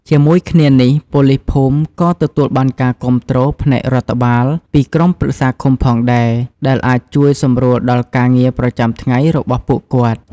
ជាមួយគ្នានេះ ប៉ូលីសភូមិក៏ ទទួលបានការគាំទ្រផ្នែករដ្ឋបាល ពីក្រុមប្រឹក្សាឃុំផងដែរ ដែលអាចជួយសម្រួលដល់ការងារប្រចាំថ្ងៃរបស់ពួកគាត់។